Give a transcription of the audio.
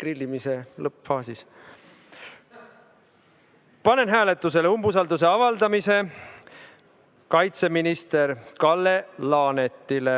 grillimise lõppfaasis. Panen hääletusele umbusalduse avaldamise kaitseminister Kalle Laanetile.